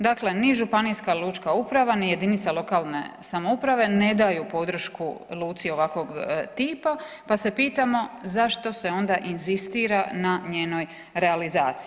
Dakle, ni županijska lučka uprava ni jedinica lokalne samouprave ne daju podršku luci ovakvog tipa pa se pitamo zašto se onda inzistira na njenoj realizaciji?